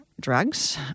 drugs